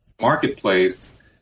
marketplace